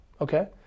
Okay